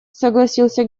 согласился